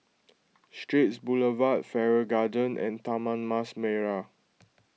Straits Boulevard Farrer Garden and Taman Mas Merah